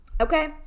Okay